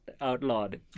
outlawed